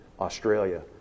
Australia